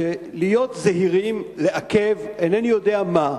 להיות זהירים, לעכב, אינני יודע מה.